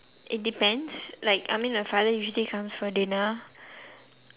it depends like I mean my father usually comes for dinner